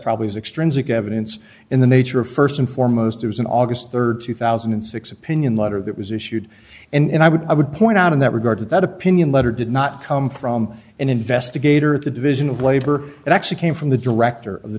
probably as extrinsic evidence in the nature of st and foremost it was an august rd two thousand and six opinion letter that was issued and i would i would point out in that regard to that opinion letter did not come from an investigator at the division of labor that actually came from the director of the